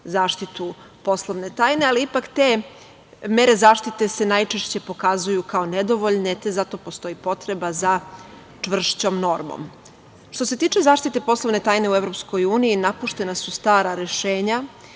zaštitu poslovne tajne, ali ipak te mere zaštite se najčešće pokazuju kao nedovoljne, te zato postoji potreba za čvršćom normom. Što se tiče zaštite poslovne tajne u EU napuštena su stara rešenja,